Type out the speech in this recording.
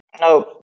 No